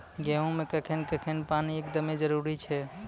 गेहूँ मे कखेन कखेन पानी एकदमें जरुरी छैय?